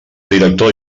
director